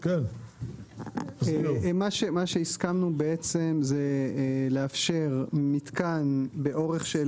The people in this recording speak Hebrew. מה שהסכמנו בעצם זה לאפשר מתקן באורך של